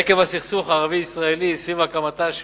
עקב הסכסוך הערבי-ישראלי סביב הקמתה של